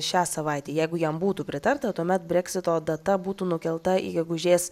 šią savaitę jeigu jam būtų pritarta tuomet breksito data būtų nukelta į gegužės